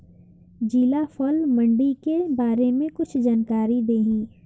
जिला फल मंडी के बारे में कुछ जानकारी देहीं?